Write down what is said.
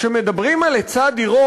כשמדברים על היצע דירות,